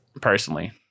personally